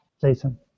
Jason